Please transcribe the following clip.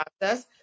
process